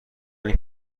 این